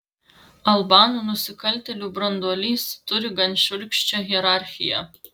albanų nusikaltėlių branduolys turi gan šiurkščią hierarchiją